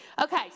Okay